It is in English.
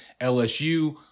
LSU